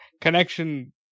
connection